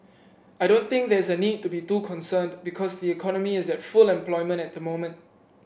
I don't think there's a need to be too concerned because the economy is at full employment at the moment